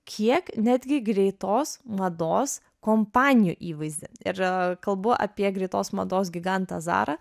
kiek netgi greitos mados kompanijų įvaizdį ir kalbu apie greitos mados gigantą zarą